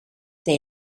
they